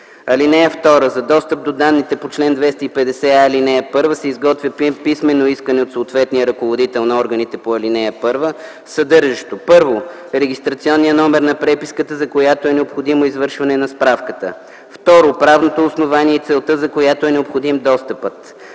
(2) За достъп до данните по чл. 250а, ал. 1 се изготвя писмено искане от съответния ръководител на органите по ал. 1, съдържащо: 1. регистрационния номер на преписката, за която е необходимо извършване на справката; 2. правното основание и целта, за която е необходим достъпа;